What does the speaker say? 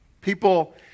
People